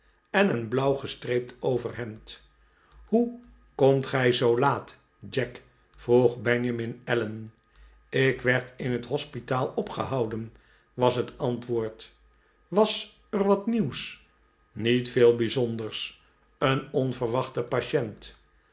en een blauw gestreept overhemd hoe komt gij zoo laat jack vroeg benjamin allen ik werd in het hospitaal opgehouden was het antwoord was er wat nieuws niet veel bijzonders een onverwachte patient